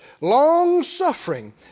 long-suffering